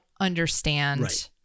understand